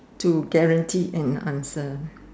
do guarantee an answer